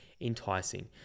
enticing